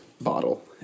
bottle